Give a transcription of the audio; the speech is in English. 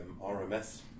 RMS